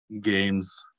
games